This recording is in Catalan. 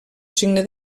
signe